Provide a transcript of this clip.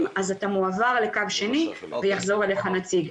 אז אתה מועבר לקו שני ויחזור אליך נציג.